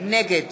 נגד